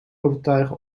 overtuigen